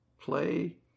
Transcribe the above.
play